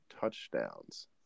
touchdowns